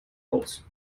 aus